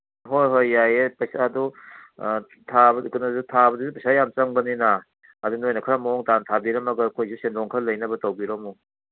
ꯍꯣꯏ ꯍꯣꯏ ꯌꯥꯏꯌꯦ ꯑꯗꯨ ꯊꯥꯕꯗꯁꯨ ꯄꯩꯁꯥ ꯌꯥꯝ ꯆꯪꯕꯅꯤꯅ ꯑꯗꯨ ꯅꯣꯏꯅ ꯈꯔ ꯃꯑꯣꯡ ꯇꯥꯅ ꯊꯥꯕꯤꯔꯝꯃꯒ ꯑꯩꯈꯣꯏꯁꯨ ꯁꯦꯟꯗꯣꯡ ꯈꯔ ꯂꯩꯅꯕ ꯇꯧꯕꯤꯔꯝꯃꯣ